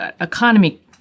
economy